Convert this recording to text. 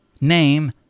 name